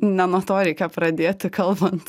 ne nuo to reikia pradėti kalbant